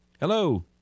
Hello